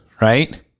right